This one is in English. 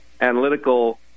analytical